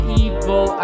evil